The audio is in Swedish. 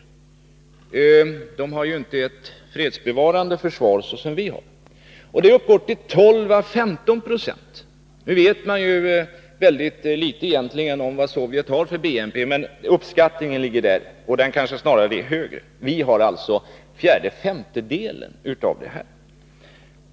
Sovjet nöjer sig ju inte med ett fredsbevarande försvar såsom vi gör. Satsningen där uppgår till 12 å 15 20 av BNP. Nu vet man visserligen mycket litet om hur stor Sovjets BNP är, men uppskattningen av Sovjets militära satsningar ligger vid de siffror jag nämnde — eller kanske ännu högre. Vi har alltså en BNP-andel som bara är fjärdeeller femtedelen av vad man har i Sovjet.